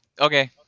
Okay